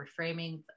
reframing